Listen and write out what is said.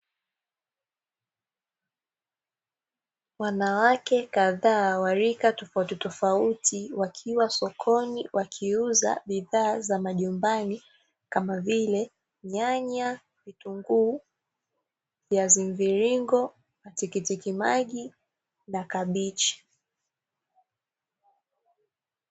Wanawake kadhaa wa rika tofauti tofauti wakiwa sokoni wakiuza bidhaa za majumbani kama vile nyanya, vitunguu, viazi mviringo, tikitiki maji na kabichi.